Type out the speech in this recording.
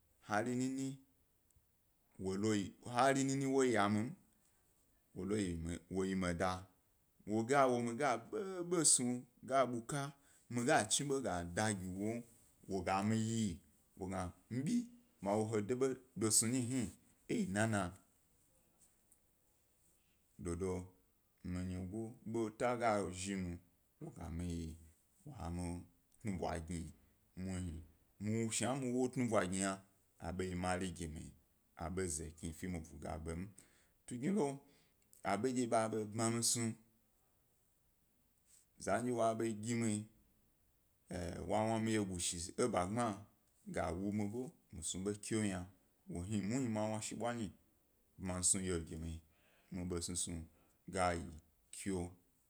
Hari nim, wo loyi, hari nini wo ya mi wo loyi, wo yi mi da wo ga wo mi ga ḃoḃo snug a buka mi ga chibe ga da ga wom wo ga mi yi, wo ga mi bi ma wo he snu ḃe nyi hni eyi nana, dodo mi nyigo beta ḃo ga zhi wo ga mi yi wo mi tna ḃwa gni, muhni, sha mi wow o tnabwa gni yna, a ḃo yi mari ge mi, ḃo ze kiri. Fe mi buga ḃem. Tugnilo aḃodye ba be bani mi snuya, zandye wa wna mi wyegu shag a wu ḃo, mi snu ḃo kyaoo yna wo hni nuhni ma washi ḃwa nyi ḃmi snu yo gi mi, mi ḃe snu snug a yi kyoo.